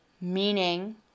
Meaning